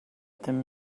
them